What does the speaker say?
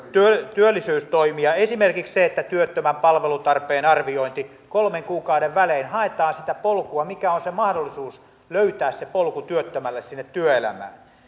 työllisyystoimia esimerkiksi työttömän palveluntarpeen arviointi kolmen kuukauden välein haetaan sitä polkua mikä on se mahdollisuus löytää se polku työttömälle sinne työelämään